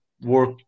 work